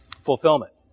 fulfillment